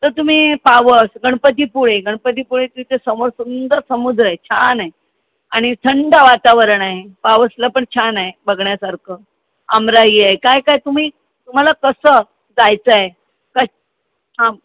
तर तुम्ही पावस गणपतीपुळे गणपतीपुळेच्या तिथे समोर सुंदर समुद्र आहे छान आहे आणि थंड वातावरण आहे पावसला पण छान आहे बघण्यासारखं आमराई आहे काय काय तुम्ही तुम्हाला कसं जायचं आहे कश